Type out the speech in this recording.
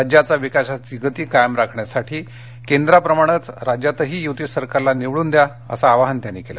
राज्याचा विकासाची गती कायम राखण्यासाठी केंद्राप्रमाणेच राज्यातही युती सरकारला निवडुन द्या असं आवाहन त्यांनी केलं